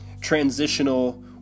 transitional